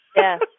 Yes